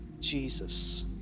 Jesus